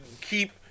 keep